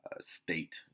state